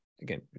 again